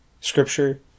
scripture